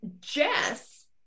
Jess